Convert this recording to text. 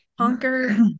Conquer